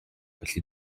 felly